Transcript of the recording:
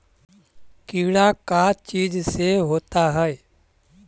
कीड़ा का चीज से होता है?